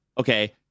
okay